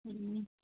हूँ